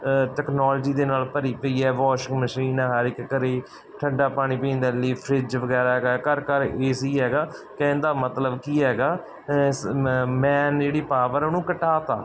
technology ਦੇ ਨਾਲ ਭਰੀ ਪਈ ਹੈ ਵਾਸ਼ਿੰਗ ਮਸ਼ੀਨ ਹਰ ਇੱਕ ਘਰ ਠੰਢਾ ਪਾਣੀ ਪੀਣ ਦੇ ਲਈ ਫ੍ਰਿਜ ਵਗੈਰਾ ਹੈਗਾ ਘਰ ਘਰ ਏ ਸੀ ਹੈਗਾ ਕਹਿਣ ਦਾ ਮਤਲਬ ਕੀ ਹੈਗਾ ਸ ਮ ਮੈਂ ਜਿਹੜੀ ਪਾਵਰ ਆ ਉਹਨੂੰ ਘਟਾ ਦਿੱਤਾ